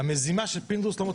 ירים את ידו.